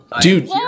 Dude